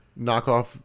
knockoff